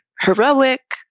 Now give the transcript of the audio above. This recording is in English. heroic